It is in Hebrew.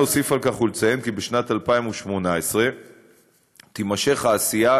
אפשר להוסיף על כך ולציין כי בשנת 2018 תימשך העשייה,